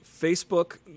facebook